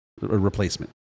replacement